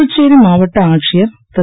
புதுச்சேரி மாவட்ட ஆட்சியர் திரு